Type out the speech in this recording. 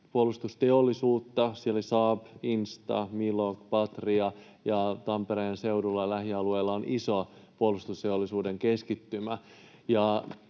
puolustusteollisuutta. Siellä oli Saab, Insta, Millog, Patria. Tampereen seudulla, lähialueilla, on iso puolustusteollisuuden keskittymä.